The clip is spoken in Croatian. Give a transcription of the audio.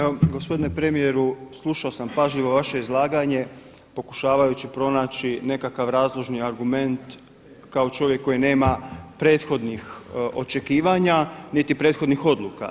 Evo gospodine premijeru, slušao sam pažljivo vaše izlaganje pokušavajući pronaći nekakav razložni argument kao čovjek koji nema prethodnih očekivanja, niti prethodnih odluka.